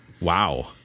Wow